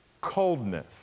Coldness